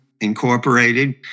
Incorporated